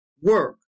work